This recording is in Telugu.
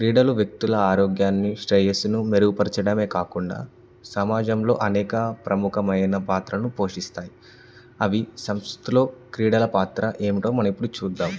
క్రీడలు వ్యక్తుల ఆరోగ్యాన్ని శ్రేయస్సును మెరుగుపరచడమే కాకుండా సమాజంలో అనేక ప్రముఖమైన పాత్రను పోషిస్తాయి అవి సంస్థలో క్రీడల పాత్ర ఏమిటో మనం ఇప్పుడు చూద్దాం